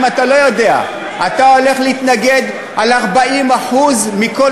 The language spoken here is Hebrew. אם אתה לא יודע: אתה הולך להתנגד ל-40% מכל